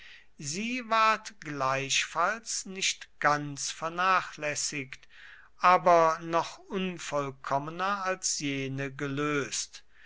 sie ward gleichfalls nicht ganz vernachlässigt aber noch unvollkommener als jene gelöst